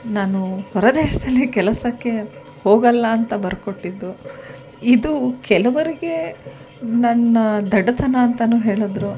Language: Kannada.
ನಾನು ಹೊರದೇಶದಲ್ಲಿ ಕೆಲಸಕ್ಕೆ ಹೋಗಲ್ಲ ಅಂತ ಬರ್ಕೊಟ್ಟಿದ್ದು ಇದು ಕೆಲವರಿಗೆ ನನ್ನ ದಡ್ಡತನ ಅಂತಲೂ ಹೇಳಿದ್ರು